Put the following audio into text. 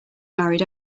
married